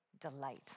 delight